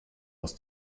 was